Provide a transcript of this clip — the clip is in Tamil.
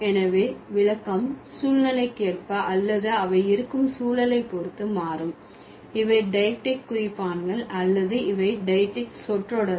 எனவே விளக்கம் சூழ்நிலைக்கேற்ப அல்லது அவை இருக்கும் சூழலை பொறுத்து மாறும் இவை டெய்க்ட்டிக் குறிப்பான்கள் அல்லது இவை டெய்க்ட்டிக் சொற்றொடர்கள்